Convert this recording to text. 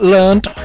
Learned